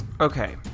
Okay